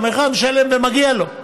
ומגיע לו.